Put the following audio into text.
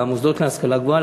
למוסדות להשכלה גבוהה,